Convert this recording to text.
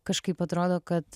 kažkaip atrodo kad